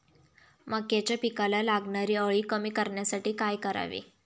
मक्याच्या पिकाला लागणारी अळी कमी करण्यासाठी काय करावे?